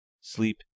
sleep